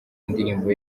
indirimbo